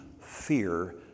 fear